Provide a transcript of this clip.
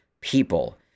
people